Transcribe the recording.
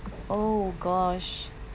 oh gosh